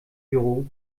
büro